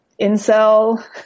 incel